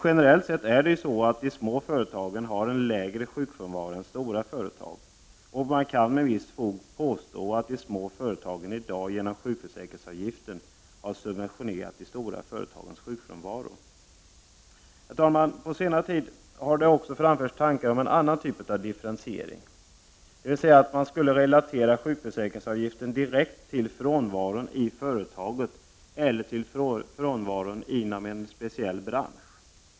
Generellt sett har de små företagen en lägre sjukfrånvaro än stora företag. Man kan med visst fog påstå att de små företagen i dag genom sjukförsäkringsavgiften har subventionerat de stora företagens sjukfrånvaro. Herr talman! På senare tid har det också framförts tankar om en annan typ av differentiering. Man skulle relatera sjukförsäkringsavgiften direkt till frånvaron i företaget, eller till frånvaron inom en speciell bransch.